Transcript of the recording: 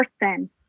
person